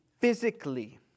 physically